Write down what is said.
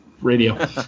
radio